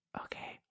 Okay